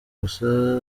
gusa